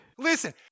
Listen